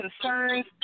concerns